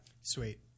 Sweet